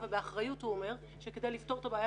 ובאחריות הוא אומר שכדי לפתור את הבעיה,